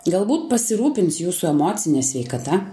galbūt pasirūpins jūsų emocine sveikata